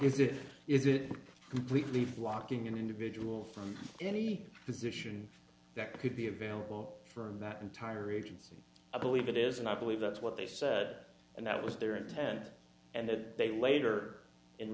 it is it completely blocking an individual from any position that could be available for that entire agency i believe it is and i believe that's what they said and that was their intent and then they later